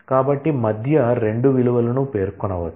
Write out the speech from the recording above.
కాబట్టి మధ్య 2 విలువలను పేర్కొనవచ్చు